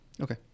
okay